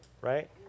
Right